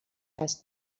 دست